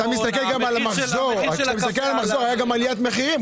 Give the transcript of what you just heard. כשאתה מסתכל על המחזור, הייתה גם עליית מחירים.